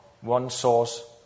one-source